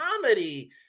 comedy